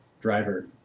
driver